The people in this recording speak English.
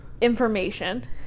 information